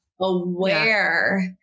aware